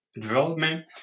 development